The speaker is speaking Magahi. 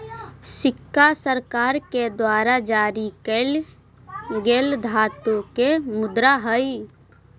सिक्का सरकार के द्वारा जारी कैल गेल धातु के मुद्रा हई